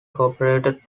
corporate